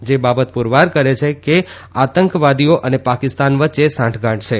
જે બાબત પુરવાર કરે છે કે આતંકવાદીઓ અને પાકિસ્તાન વચ્ચે સાંઠગાઠ છે